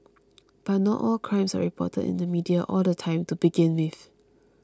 but not all crimes are reported in the media all the time to begin with